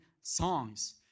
songs